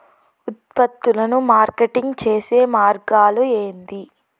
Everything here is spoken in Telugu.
ఉత్పత్తులను మార్కెటింగ్ చేసే మార్గాలు ఏంది?